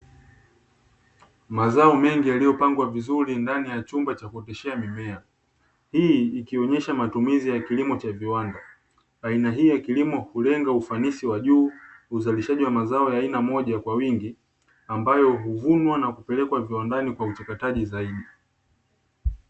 Mazao mengi yaliyopangwa vizuri ndani ya chumba cha kuoteshea mimea, hii ikionyesha matumizi ya kilimo cha viwanda. Aina hii ya kilimo hulenga ufanisi wa juu, uzalishaji mazao ya aina moja kwa wingi ambayo huvunwa na kupelekwa viwandani kwa uchakataji zaidi.